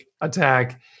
attack